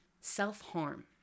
self-harm